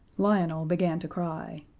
lionel began to cry.